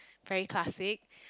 very classic